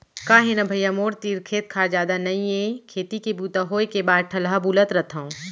का हे न भइया मोर तीर खेत खार जादा नइये खेती के बूता होय के बाद ठलहा बुलत रथव